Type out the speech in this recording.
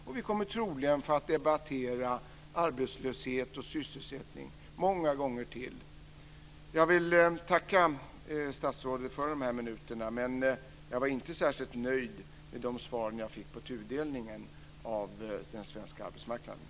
Och vi kommer troligen att få debattera arbetslöshet och sysselsättning många gånger till. Jag vill tacka statsrådet för dessa minuter. Men jag är inte särskilt nöjd med de svar som jag fick om tudelningen av den svenska arbetsmarknaden.